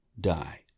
die